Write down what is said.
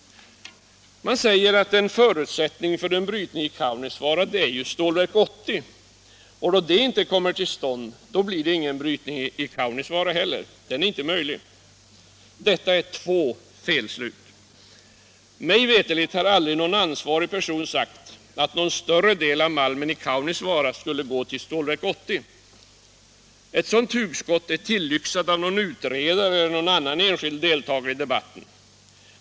Man säger att en förutsättning för en brytning i Kaunisvaara är ju Stålverk 80, och då detta inte kommer till stånd blir heller ingen brytning i Kaunisvaara möjlig. Detta är två felslut. Mig veterligt har aldrig någon ansvarig person sagt att någon större del av malmen i Kaunisvaara skulle gå till Stålverk 80. Ett sådant hugskott är tillyxat av någon utredare eller någon enskild deltagare i debatten.